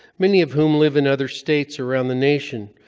many of whom live in other states around the nation.